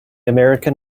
american